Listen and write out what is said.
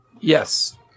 Yes